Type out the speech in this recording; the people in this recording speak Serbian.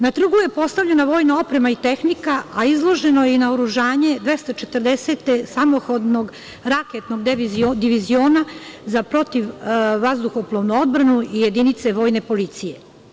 Na trgu je postavljena vojna oprema i tehnika, a izloženo je i naoružanje Dvestačetrdesetog samohodnog raketnog diviziona za protivvazduhoplovnu odbranu jedinice Vojne policije.